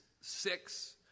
six